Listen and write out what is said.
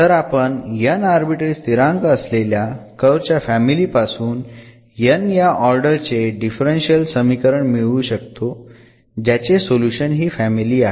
तर आपण n arbitrary स्थिरांक असलेल्या कर्व च्या फॅमिली पासून n या ऑर्डर चे डिफरन्शियल समीकरण मिळवू शकतो ज्याचे सोल्युशन हि फॅमिली आहे